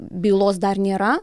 bylos dar nėra